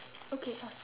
okay awesome